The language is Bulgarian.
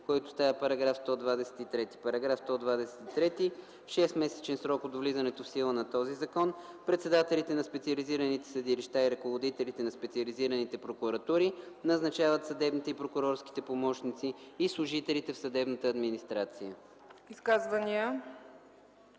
който става § 123: „§ 123. В 6-месечен срок от влизането в сила на този закон председателите на специализираните съдилища и ръководителите на специализираните прокуратури назначават съдебните и прокурорските помощници и служителите в съдебната администрация.”